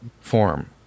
form